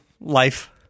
life